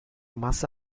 masse